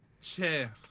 Chair